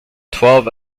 twelve